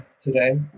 today